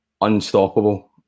unstoppable